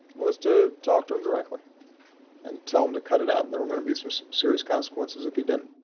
was to talk to him directly and tell him to cut it out and there were going to be so so significant consequences if he didn't.